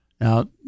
Now